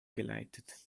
geleitet